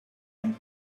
and